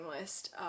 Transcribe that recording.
list